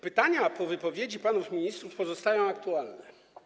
Pytania po wypowiedzi panów ministrów pozostają aktualne.